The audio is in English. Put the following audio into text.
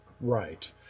Right